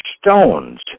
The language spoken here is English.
stones